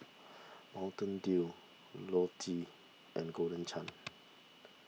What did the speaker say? Mountain Dew Lotte and Golden Chance